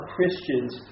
Christians